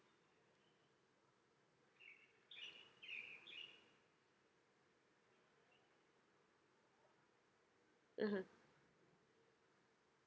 mmhmm